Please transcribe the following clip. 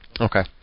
Okay